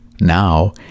now